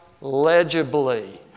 legibly